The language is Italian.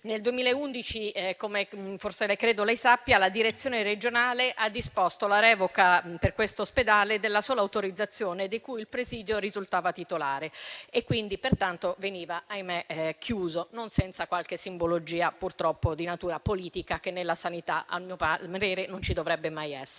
Nel 2011 - come forse credo lei sappia - la direzione regionale ha disposto la revoca, per questo ospedale, della sola autorizzazione di cui il presidio risultava titolare. Pertanto veniva - ahimè - chiuso, non senza qualche simbologia purtroppo di natura politica, che nella sanità - a mio parere - non ci dovrebbe mai essere.